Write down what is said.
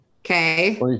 okay